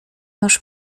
masz